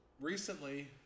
Recently